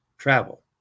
Travel